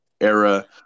era